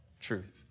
truth